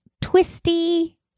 twisty